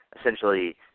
essentially